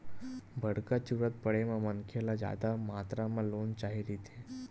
बड़का जरूरत परे म मनखे ल जादा मातरा म लोन चाही रहिथे